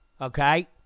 Okay